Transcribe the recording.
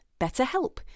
BetterHelp